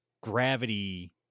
gravity